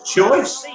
choice